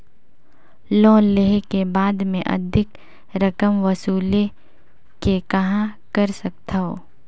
Loan लेहे के बाद मे अधिक रकम वसूले के कहां कर सकथव?